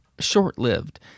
short-lived